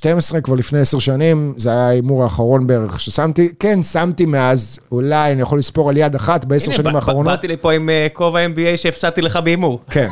12 כבר לפני 10 שנים, זה היה ההימור האחרון בערך ששמתי. כן, שמתי מאז, אולי אני יכול לספור על יד אחת ב-10 שנים האחרונות. הנה, באתי לפה עם כובע NBA שהפסדתי לך בהימור. כן.